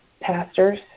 pastors